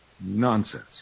Nonsense